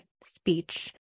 speech